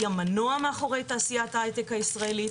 היא המנוע מאחורי תעשיית ההייטק הישראלית,